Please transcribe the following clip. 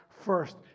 first